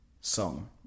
song